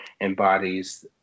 embodies